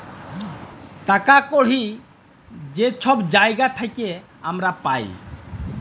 টাকা কড়হি যে ছব জায়গার থ্যাইকে আমরা পাই